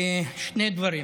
שני דברים.